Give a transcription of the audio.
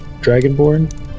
dragonborn